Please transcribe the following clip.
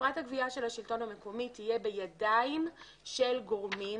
חברת הגבייה של השלטון המקומי תהיה בידיים של גורמים